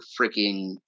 freaking